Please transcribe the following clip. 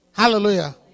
Hallelujah